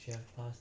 ya